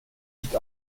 nicht